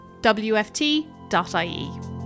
wft.ie